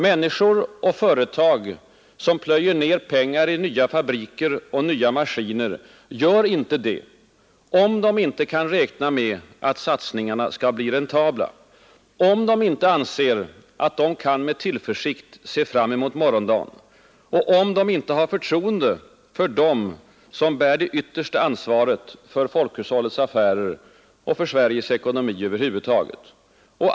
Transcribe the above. Människor och företag som plöjer ner pengar i nya fabriker och nya maskiner gör inte det om de inte räknar med att satsningarna skall bli räntabla, om de inte anser att de kan med tillförsikt se fram emot morgondagen och om de inte har förtroende för dem som bär det yttersta ansvaret för folkhushållets affärer och för Sveriges ekonomi över huvud taget.